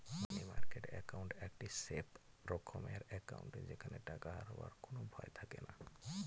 মানি market account একটি safe রকমের account যেখানে টাকা হারাবার কোনো ভয় থাকেনা